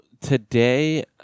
today